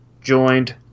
joined